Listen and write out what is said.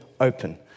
open